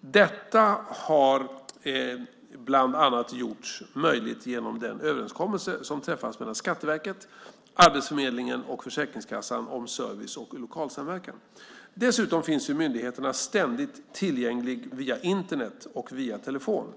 Detta har bland annat gjorts möjligt genom den överenskommelse som träffats mellan Skatteverket, Arbetsförmedlingen och Försäkringskassan om service och lokalsamverkan. Dessutom finns ju myndigheterna ständigt tillgängliga via Internet och via telefon,